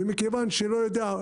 ומכיוון שאני לא יודע,